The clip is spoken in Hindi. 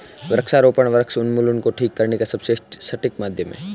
वृक्षारोपण वृक्ष उन्मूलन को ठीक करने का सबसे सटीक माध्यम है